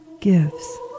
gives